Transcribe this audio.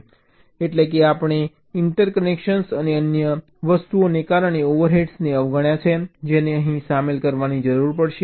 એટલેકે આપણે ઇન્ટરકનેક્શન અને અન્ય વસ્તુઓને કારણે ઓવરહેડ્સને અવગણ્યા છે જેને અહીં સામેલ કરવાની જરૂર પડશે